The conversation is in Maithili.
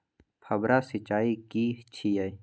फव्वारा सिंचाई की छिये?